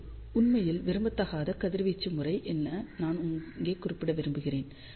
இது உண்மையில் விரும்பத்தகாத கதிர்வீச்சு முறை என நான் இங்கே குறிப்பிட விரும்புகிறேன்